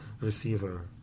receiver